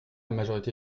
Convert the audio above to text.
majorité